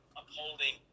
upholding